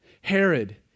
Herod